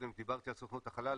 דיברתי קודם על סוכנות החלל,